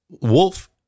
wolf